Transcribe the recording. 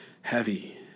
heavy